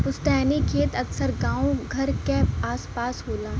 पुस्तैनी खेत अक्सर गांव घर क आस पास होला